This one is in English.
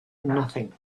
nothing